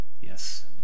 Yes